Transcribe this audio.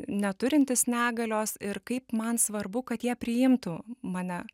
neturintys negalios ir kaip man svarbu kad jie priimtų mane